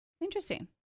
Interesting